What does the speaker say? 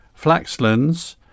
Flaxlands